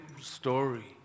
story